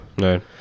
right